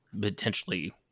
potentially